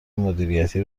مدیریتی